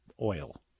oil